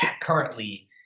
currently